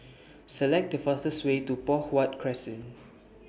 Select The fastest Way to Poh Huat Crescent